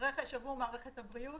רכש עבור מערכת הבריאות